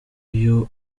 iyo